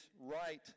right